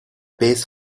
base